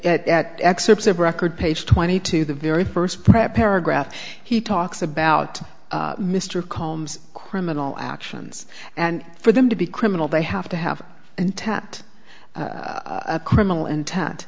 excerpts of record page twenty two the very first prep paragraph he talks about mr combs criminal actions and for them to be criminal they have to have intact a criminal intent